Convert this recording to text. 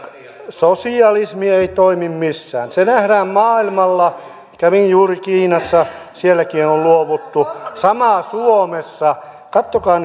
sosialismi ei toimi missään se nähdään maailmalla kävin juuri kiinassa sielläkin on on luovuttu sama suomessa katsokaa